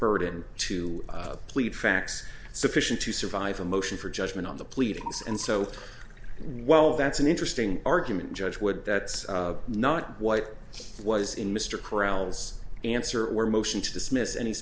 burden to plead facts sufficient to survive a motion for judgment on the pleadings and so while that's an interesting argument judge would that's not what was in mr corrals answer or motion to dismiss any